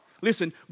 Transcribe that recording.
Listen